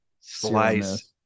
Slice